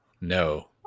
No